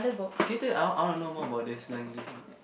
can you tell I want I want to know more about this Lang-Leav book